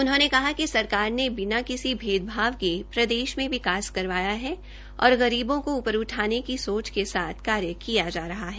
उन्होंने कहा कि सरकार ने बिना किसी भेदभाव के प्रदेश में विकास करवाया है और गरीबों को उपर उठाने की सोच के साथ कार्य किया जा रहा है